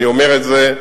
אני אומר את זה: